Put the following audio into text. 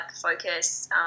focus